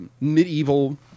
medieval